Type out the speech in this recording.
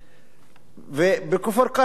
בכפר-קרע למשל, היישוב שלי,